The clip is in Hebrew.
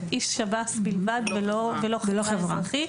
איש שב"ס בלבד ולא חברה אזרחית.